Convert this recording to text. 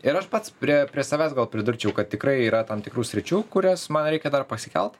ir aš pats prie prie savęs gal pridurčiau kad tikrai yra tam tikrų sričių kurias man reikia dar pasikelt